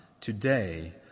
Today